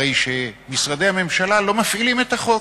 משרדי הממשלה לא מפעילים את החוק,